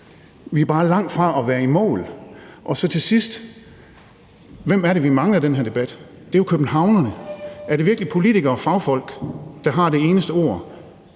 vi er bare langt fra at være i mål. Til sidst vil jeg spørge: Hvem er det, vi mangler i den her debat? Det er jo københavnerne. Er det virkelig politikere og fagfolk, der har det eneste ord